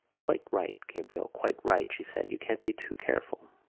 quite right, gabriel, quite right, she said. you can't be too careful.